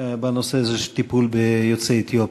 בנושא הזה של טיפול ביוצאי אתיופיה.